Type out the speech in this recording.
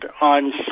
on